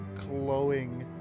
glowing